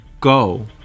Go